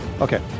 Okay